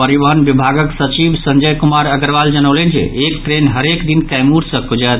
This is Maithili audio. परिबहन विभागक सचिव संजय कुमार अग्रवाल जनौलनि जे एक ट्रेन हरेक दिन कैमूर सॅ खुजत